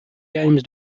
games